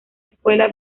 escuela